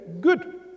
good